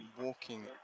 walking